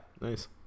Nice